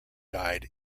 died